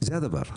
זה הדבר.